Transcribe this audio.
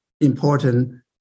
important